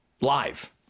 live